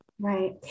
Right